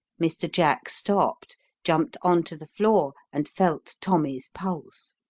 mr. jack stopped, jumped on to the floor, and felt tommy's pulse.